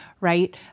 Right